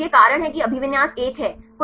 तो यह कारण है कि अभिविन्यास 1 है